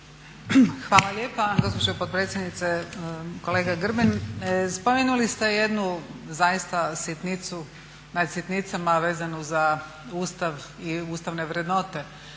Hvala lijepa gospođo potpredsjednice. Kolega Grbin spomenuli ste jednu zaista sitnicu, … sitnicama vezanu za Ustav i ustavne vrednote,